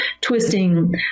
twisting